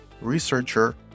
researcher